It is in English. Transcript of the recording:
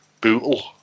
Bootle